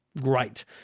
Great